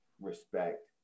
respect